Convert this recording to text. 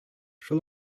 шул